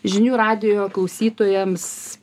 žinių radijo klausytojams